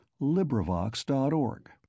LibriVox.org